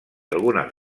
algunes